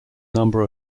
number